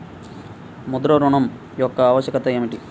ముద్ర ఋణం యొక్క ఆవశ్యకత ఏమిటీ?